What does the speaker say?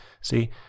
See